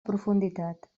profunditat